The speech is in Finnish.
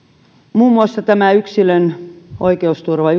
muun muassa tämä yksilön oikeusturva